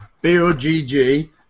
B-O-G-G